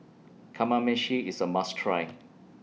Kamameshi IS A must Try